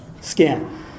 skin